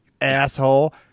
asshole